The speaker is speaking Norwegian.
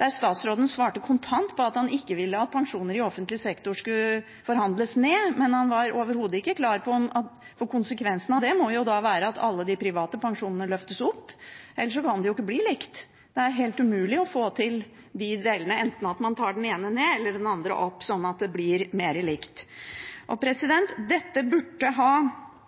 der statsråden svarte kontant at han ikke ville at pensjoner i offentlig sektor skulle forhandles ned, og konsekvensene av det må jo da være at alle de private pensjonene løftes opp. Ellers kan det jo ikke bli likt – det er helt umulig å få til det: Enten tar man den ene ned, eller den andre opp, slik at det blir mer likt. Denne saken burde ha